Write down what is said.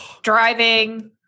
driving –